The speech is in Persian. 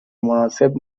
مناسب